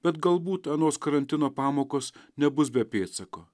bet galbūt anos karantino pamokos nebus be pėdsako